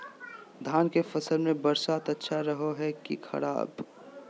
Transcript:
धान के फसल में बरसात अच्छा रहो है कि खराब?